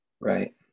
right